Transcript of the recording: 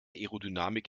aerodynamik